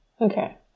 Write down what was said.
Okay